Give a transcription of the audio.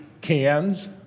cans